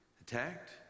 attacked